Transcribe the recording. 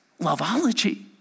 loveology